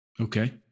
Okay